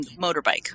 motorbike